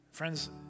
Friends